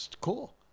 cool